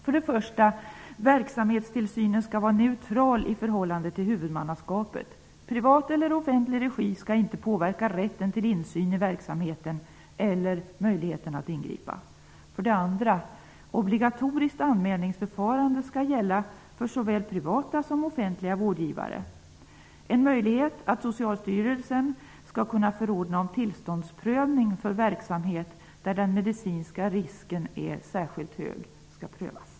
För det första: Verksamhetstillsynen skall vara neutral i förhållande till huvudmannaskapet. Privat eller offentlig regi skall inte påverka rätten till insyn i verksamheten eller möjligheten att ingripa. För det andra: Obligatoriskt anmälningsförfarande skall gälla för såväl privata som offentliga vårdgivare. En möjlighet att Socialstyrelsen skall kunna förordna om tillståndsprövning för verksamhet där den medicinska risken är särskilt hög skall prövas.